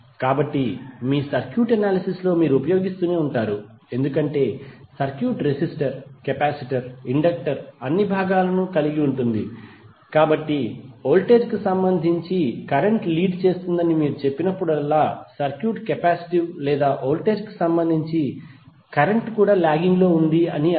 కాబట్టి మీ circuit analysis లో మీరు ఉపయోగిస్తూనే ఉంటారు ఎందుకంటే సర్క్యూట్ రెసిస్టర్ కెపాసిటర్ ఇండక్టర్ అన్ని భాగాలను కలిగి ఉంటుంది కాబట్టి వోల్టేజ్ కు సంబంధించి కరెంట్ లీడ్ చేస్తుందని మీరు చెప్పినప్పుడు సర్క్యూట్ కెపాసిటివ్ లేదా వోల్టేజ్ కు సంబంధించి కరెంట్ కూడా లాగింగ్ లో ఉంది అని అర్థం